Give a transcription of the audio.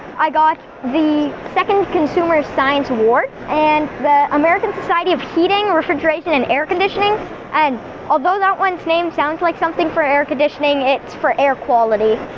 i got the second consumer science award, and the american society of heating, refrigeration and air conditioning and although that one's name sounds like something for air conditioning it's for air quality.